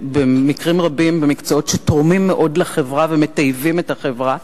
במקרים רבים במקצועות שתורמים מאוד לחברה ומטייבים את החברה.